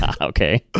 Okay